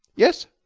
yes?